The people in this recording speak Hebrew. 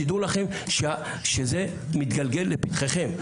תדעו לכם שזה מתגלגל לפתחכם.